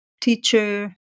teacher